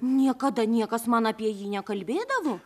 niekada niekas man apie jį nekalbėdavo